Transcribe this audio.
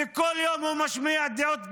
וכל יום הוא משמיע דעות גזעניות,